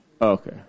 Okay